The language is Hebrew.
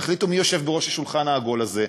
יחליטו מי יושב בראש השולחן העגול הזה,